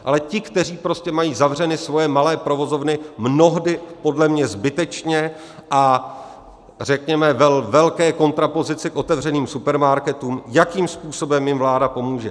Ale ti, kteří mají zavřeny svoje malé provozovny, mnohdy podle mě zbytečně a řekněme ve velké kontrapozici k otevřeným supermarketům jakým způsobem jim vláda pomůže?